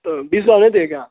تو بیس کا نہیں دے کیا